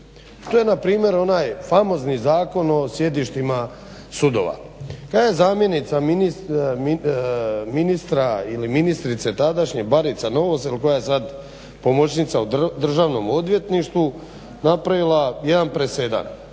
To je npr. onaj famozni Zakon o sjedištima sudova. Zamjenica ministra ili ministrice tadašnje Barica Novosel koja je sada pomoćnica u Državnom odvjetništvu napravila jedan presedan.